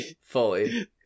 fully